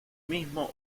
mismo